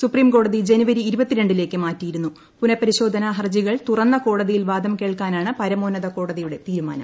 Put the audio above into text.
സുപ്രീംകോടതി ജനുവരി പുനപരിശോധനാ ഹർജികൾ തുറന്ന കോടതിയിൽ വാദം കേൾക്കാനാണ് പരമോന്നത കോടതിയുട്ടെ തീരുമാനം